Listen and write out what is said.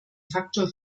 faktor